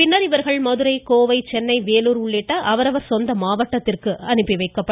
பின்னர் இவர்கள் மதுரை கோவை சென்னை வேலூர் உள்ளிட்ட அவரவர் சொந்த மாவட்டத்திற்கு அனுப்பி வைக்கப்பட்டனர்